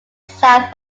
south